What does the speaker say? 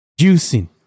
juicing